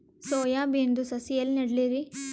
Soya ಬಿನದು ಸಸಿ ಎಲ್ಲಿ ನೆಡಲಿರಿ?